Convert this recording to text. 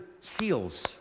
seals